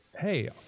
hey